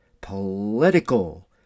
Political